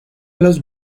los